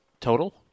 total